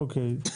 אוקיי.